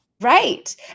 Right